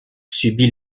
subit